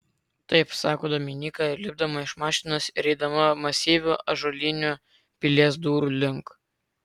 taip sako dominyka lipdama iš mašinos ir eidama masyvių ąžuolinių pilies durų link